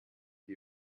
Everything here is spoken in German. die